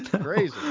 Crazy